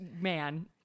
man